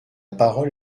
parole